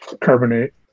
carbonate